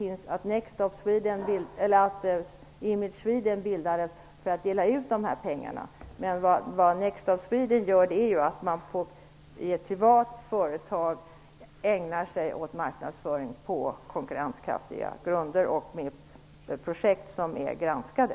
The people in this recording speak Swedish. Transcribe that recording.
Image Sweden bildades för att dela ut turistpengarna, men Next Stop Swedens verksamhet innebär att ett privat företag ägnar sig åt marknadsföring på konkurrenskraftiga grunder och med projekt som är granskade.